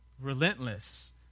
relentless